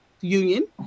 union